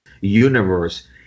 universe